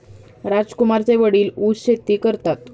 राजकुमारचे वडील ऊस शेती करतात